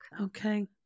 Okay